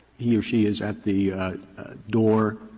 he or she is at the door,